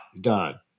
done